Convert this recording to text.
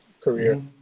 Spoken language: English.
career